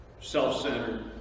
self-centered